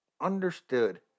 understood